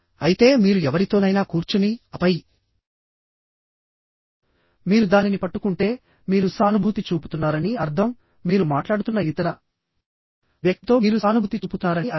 అయితే మీరు ఎవరితోనైనా కూర్చుని ఆపై మీరు దానిని పట్టుకుంటే మీరు సానుభూతి చూపుతున్నారని అర్థం మీరు మాట్లాడుతున్న ఇతర వ్యక్తితో మీరు సానుభూతి చూపుతున్నారని అర్థం